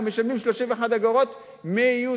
אנחנו משלמים 31 אגורות מיותרות.